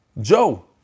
Joe